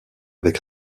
avec